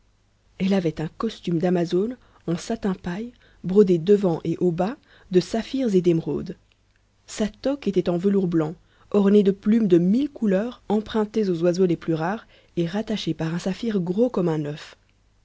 elle avait un costume d'amazone en satin paille brodé devant et au bas de saphirs et d'émeraudes sa toque était en velours blanc ornée de plumes de mille couleurs empruntées aux oiseaux les plus rares et rattachées par un saphir gros comme un oeuf